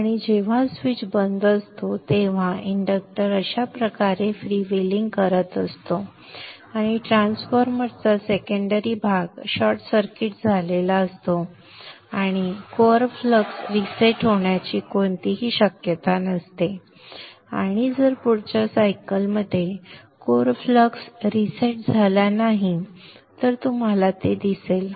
आणि जेव्हा स्वीच बंद असतो तेव्हा इंडक्टर अशा प्रकारे फ्रीव्हीलिंग करत असतो आणि ट्रान्सफॉर्मरचा सेकंडरी भाग शॉर्ट सर्किट झालेला असतो आणि कोअर फ्लक्स रीसेट होण्याची कोणतीही शक्यता नसते आणि जर पुढच्या सायकलमध्ये कोर फ्लक्स रीसेट झाला नाही तर तुम्हाला ते दिसेल